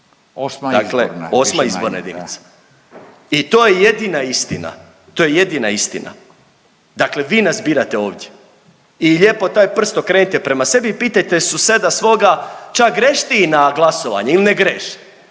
je jedina istina, to je jedina istina, dakle vi nas birate ovdje i lijepo taj prst okrenite prema sebi i pitajte sebe svoga, ča greš ti na glasovanje ili ne graš,